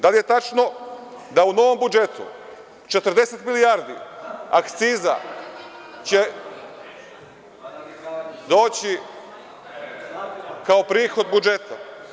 Da li je tačno da u novom budžetu 40 milijardi akciza će doći kao prihod budžeta?